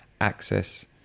access